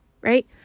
right